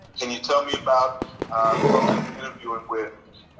can you tell me about who i'm gonna be interviewing with?